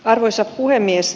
arvoisa puhemies